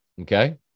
Okay